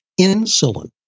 insulin